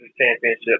Championship